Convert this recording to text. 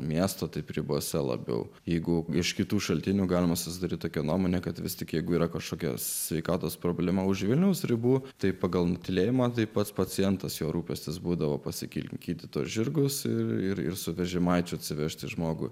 miesto ribose labiau jeigu iš kitų šaltinių galima susidaryti tokią nuomonę kad vis tik jeigu yra kažkokios sveikatos problema už vilniaus ribų tai pagal nutylėjimą tai pats pacientas jo rūpestis būdavo pasikinkyti tuos žirgus ir ir su vežimaičiu atsivežti žmogų